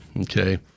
Okay